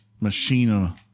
Machina